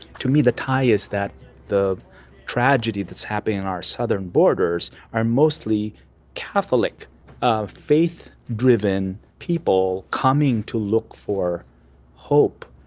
to me the tie is that the tragedy that's happening in our southern borders are mostly catholic ah faith driven people coming to look for hope.